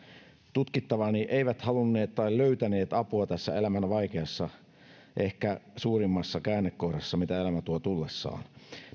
tutkittavani eivät halunneet tai löytäneet apua tässä elämänvaiheessa ehkä suurimmassa käännekohdassa mitä elämä tuo tullessaan